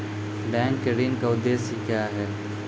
Bank के ऋण का उद्देश्य क्या हैं?